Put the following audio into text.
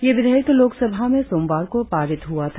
यह विधेयक लोक सभा में सोमवार को पारित हुआ था